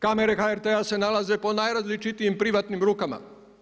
Kamere HRT-a se nalaze po najrazličitijim privatnim rukama.